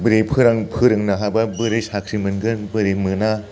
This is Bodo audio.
बोरै फोरोंनो हाबा बोरै साख्रि मोनगोन बोरै मोना